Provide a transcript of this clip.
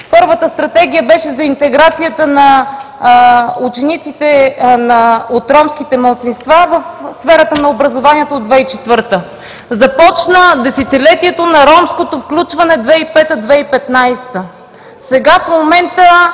първата стратегия беше за интеграцията на учениците от ромските малцинства в сферата на образованието от 2004 г., започна Десетилетието на ромското включване 2005 – 2015